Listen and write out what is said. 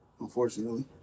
Unfortunately